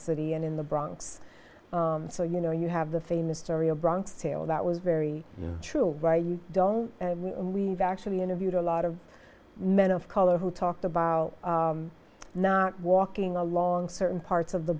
city and in the bronx so you know you have the famous story of bronx tale that was very true all right you don't and we've actually interviewed a lot of men of color who talked about not walking along certain parts of the